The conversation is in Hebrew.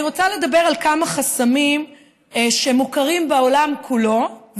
אני רוצה לדבר על כמה חסמים שמוכרים בעולם כולו,